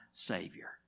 savior